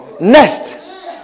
Next